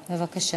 בבקשה.